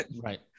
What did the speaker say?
Right